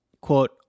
Quote